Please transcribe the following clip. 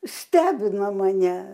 stebina mane